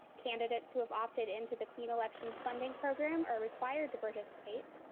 candidates who have opted into the clean elections funding program are required to participate,